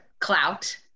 clout